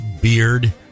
beard